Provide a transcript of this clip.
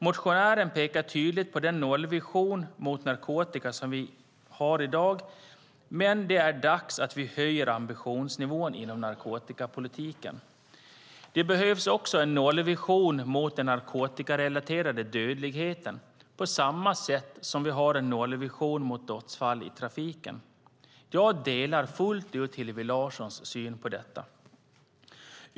Motionären pekar tydligt på den nollvision mot narkotika som vi har i dag, men det är dags att vi höjer ambitionsnivån inom narkotikapolitiken. Det behövs också en nollvision mot den narkotikarelaterade dödligheten, på samma sätt som vi har en nollvision mot dödsfall i trafiken. Jag delar fullt ut Hillevi Larssons syn på detta.